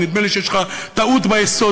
ונדמה לי שיש לך טעות ביסוד,